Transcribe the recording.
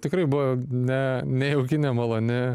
tikrai buvo ne nejauki nemaloni